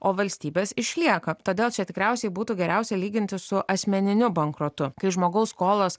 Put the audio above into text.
o valstybės išlieka todėl čia tikriausiai būtų geriausia lyginti su asmeniniu bankrotu kai žmogaus skolos